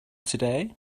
today